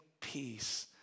peace